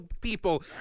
people